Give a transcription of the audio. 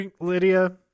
Lydia